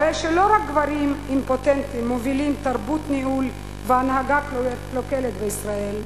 הרי שלא רק גברים אימפוטנטים מובילים תרבות ניהול והנהגה קלוקלת בישראל.